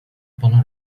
bunu